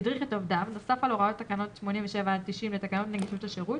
ידריך את עובדיו נוסף על הוראות תקנות 87 עד 90 לתקנות נגישות השירות,